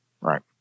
right